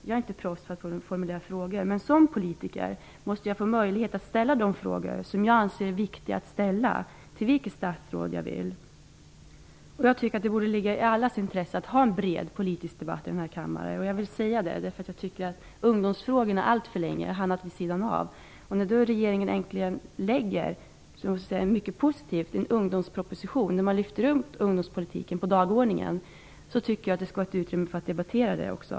Jag är inte proffs på att formulera frågor. Som politiker måste jag få möjlighet att ställa de frågor som jag anser är viktiga att ställa till vilket statsråd jag vill. Det borde ligga i allas intresse att ha en bred politisk debatt i den här kammaren. Jag tycker att ungdomsfrågorna alltför länge har hamnat vid sidan av debatten. När då regeringen äntligen lägger fram en ungdomsproposition -- vilket är mycket positivt -- tycker jag att man lyfter upp ungdomspolitiken på dagordningen skall det finnas utrymme för att debattera det också.